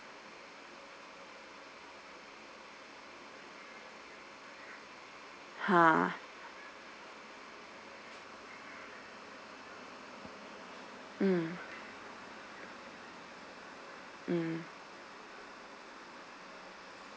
!huh! mm